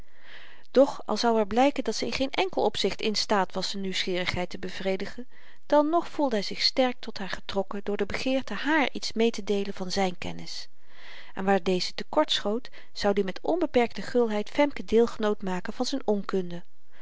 doch al zou er blyken dat ze in geen enkel opzicht instaat was z'n nieuwsgierigheid te bevredigen dan nog voelde hy zich sterk tot haar getrokken door de begeerte hààr iets meetedeelen van zyn kennis en waar deze te kort schoot zoud i met onbeperkte gulheid femke deelgenoot maken van z'n onkunde